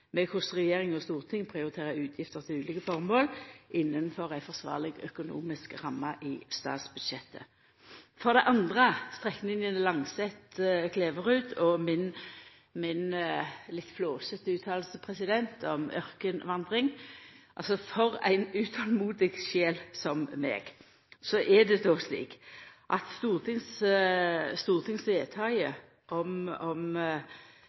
med korleis regjering og storting prioriterer utgifter til ulike formål innanfor ei forsvarleg økonomisk ramme i statsbudsjettet. For det andre: strekninga Langset–Kleverud og mi litt flåsete utsegn om ørkenvandring: For ei utolmodig sjel som meg er det likevel slik at